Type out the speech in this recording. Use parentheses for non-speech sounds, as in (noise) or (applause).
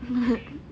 (laughs)